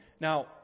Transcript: Now